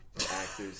actors